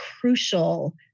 crucial